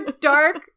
dark